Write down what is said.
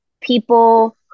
people